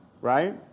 right